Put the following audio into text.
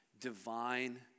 Divine